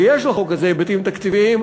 ויש לחוק הזה היבטים תקציביים,